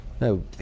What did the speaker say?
No